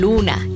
Luna